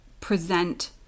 present